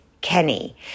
Kenny